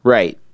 Right